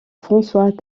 françois